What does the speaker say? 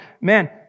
man